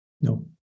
No